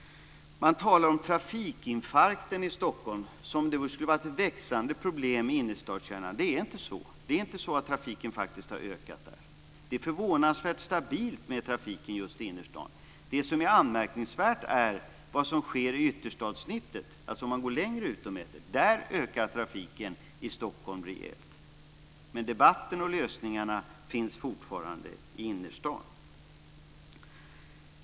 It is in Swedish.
Man talar om trafikinfarkten i Stockholm, som om detta skulle vara ett växande problem i innerstadskärnan. Det är inte så. Det är inte så att trafiken faktiskt har ökat där. Det är förvånansvärt stabilt med trafiken just i innerstaden. Det som är anmärkningsvärt är vad som sker i ytterstadssnittet, dvs. om man går längre ut och mäter. Där ökar trafiken i Stockholm rejält. Men debatten och lösningarna finns fortfarande i innerstaden.